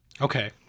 Okay